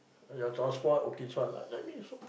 your transport okay this one like like me so